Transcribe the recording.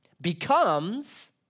becomes